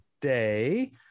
today